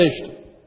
finished